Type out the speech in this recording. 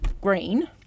green